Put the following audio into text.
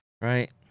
right